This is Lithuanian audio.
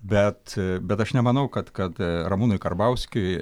bet bet aš nemanau kad kad ramūnui karbauskiui